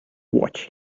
watch